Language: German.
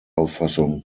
auffassung